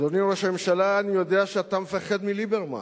אדוני ראש הממשלה, אני יודע שאתה מפחד מליברמן.